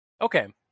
Okay